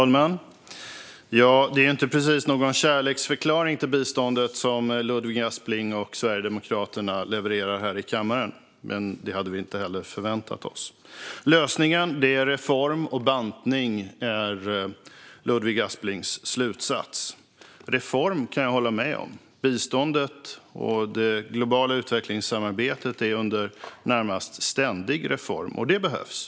Fru talman! Det är inte precis någon kärleksförklaring till biståndet som Ludvig Aspling och Sverigedemokraterna levererar här i kammaren, men det hade vi inte heller förväntat oss. Lösningen är reform och bantning enligt Ludvig Asplings slutsats. Reform kan jag hålla med om. Biståndet och det globala utvecklingssamarbetet är under närmast ständig reform, och det behövs.